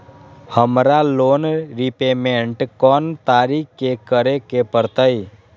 हमरा loan repayment कोन तारीख के करे के परतई?